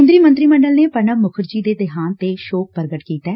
ਕੇਦਰੀ ਮੰਤਰੀ ਮੰਡਲ ਨੇ ਪ੍ਰਣਬ ਮੁਖਰਜੀ ਦੇ ਦੇਹਾਂਤ ਤੇ ਸ਼ੋਕ ਪ੍ਰਗਟ ਕੀਤੈ